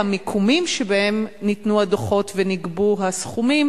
והמיקומים שבהם ניתנו הדוחות ונגבו הסכומים